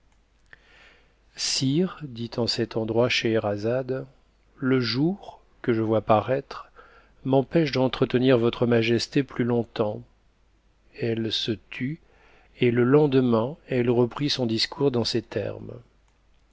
dit en cet endroit scheherazade le jour que je vois paraître m'empêche d'entretenir votre majesté plus longtemps elle se tut et c lendemain elle reprit son discours dans ces termes